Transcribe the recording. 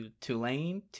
Tulane